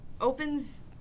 opens